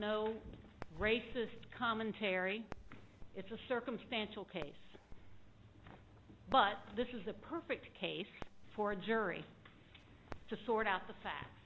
no racist commentary it's a circumstantial case but this is a perfect case for a jury to sort out the facts